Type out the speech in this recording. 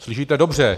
Slyšíte dobře.